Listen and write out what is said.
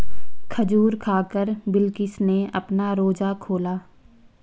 खजूर खाकर बिलकिश ने अपना रोजा खोला